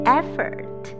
effort